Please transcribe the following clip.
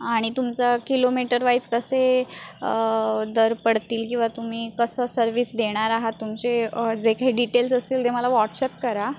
आणि तुमचं किलोमीटरवाईज कसे दर पडतील किंवा तुम्ही कसं सर्विस देणार आहात तुमचे जे काही डिटेल्स असतील ते मला व्हॉट्सअॅप करा